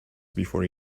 before